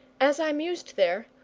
as i mused there,